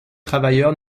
travailleur